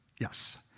Yes